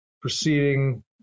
proceeding